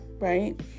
right